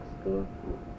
School